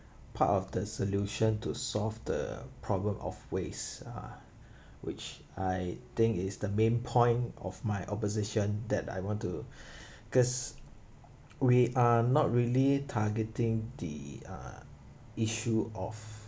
part of the solution to solve the problem of waste uh which I think is the main point of my opposition that I want to cause we are not really targeting the uh issue of